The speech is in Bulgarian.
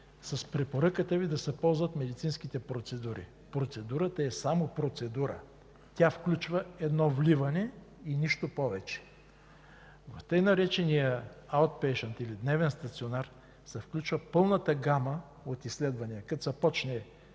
с препоръката Ви да се ползват медицинските процедури. Процедурата е само процедура, тя включва едно вливане и нищо повече. В така наречения „дневен стационар” се включва пълната гама от изследвания – ПЕТ